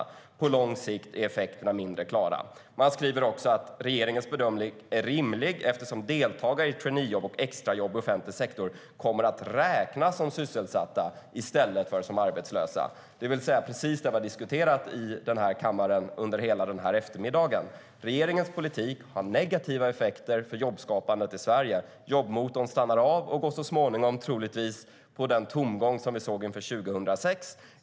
På lång sikt är effekten mindre klar. " STYLEREF Kantrubrik \* MERGEFORMAT Svar på interpellationerDet är alltså precis vad vi har diskuterat här i kammaren under hela eftermiddagen. Regeringens politik har negativa effekter för jobbskapandet i Sverige. Jobbmotorn stannar av och går så småningom troligtvis på den tomgång som vi såg inför 2006.